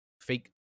fake